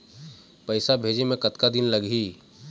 पैसा भेजे मे कतका दिन लगही?